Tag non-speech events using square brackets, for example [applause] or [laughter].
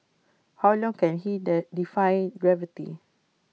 how long can he [unintelligible] defy gravity